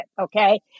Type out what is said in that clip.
Okay